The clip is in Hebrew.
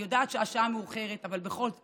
אני יודעת שהשעה מאוחרת, אבל בכל זאת.